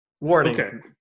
warning